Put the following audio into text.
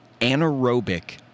anaerobic